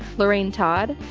lorraine todd,